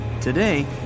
today